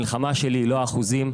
המלחמה שלי היא לא האחוזים,